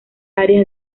áreas